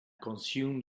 consume